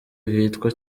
hitwa